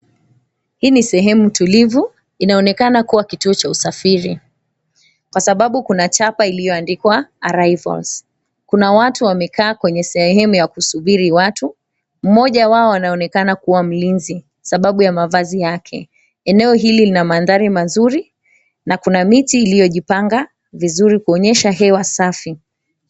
Hii ni sehemu tulivu. Inaonekana kuwa kituo cha usafiri kwa sababu kuna chapa iliyoandikwa, "Arrivals." Kuna watu wamekaa kwenye sehemu ya kusubiri watu. Mmoja wao anaonekana kuwa mlinzi kwa sababu ya mavazi yake. Eneo hili lina mandhari mazuri na kuna miti iliyojipanga vizuri kuonyesha hewa safi.